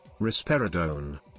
Risperidone